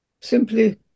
simply